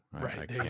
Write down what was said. right